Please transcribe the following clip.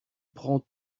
prends